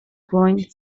growing